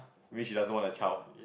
maybe she doesn't want a child